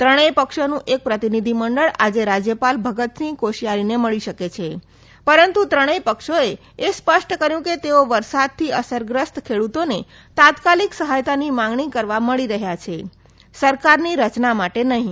ત્રણેય પક્ષોનું એક પ્રતિનિધિ મંડળ આજે રાજ્યપાલ ભગતસિંહ કોશયારીને મળી શકે છે પરંતુ ત્રણેય પક્ષોએ એ સ્પષ્ટ કર્યું કે તેઓ વરસાદથી અસરગ્રસ્ત ખેડૂતોને તાત્કાલિક સહાયતાની માંગણી કરવા મળી રહ્યા છે સરકારની રચના માટે નહીં